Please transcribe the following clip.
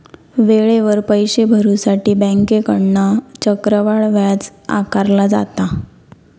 वेळेवर पैशे भरुसाठी बँकेकडना चक्रवाढ व्याज आकारला जाता